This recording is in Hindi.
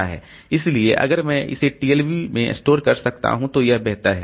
इसलिए अगर मैं इसे टीएलबी में स्टोर कर सकता हूं तो यह बेहतर है